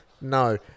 no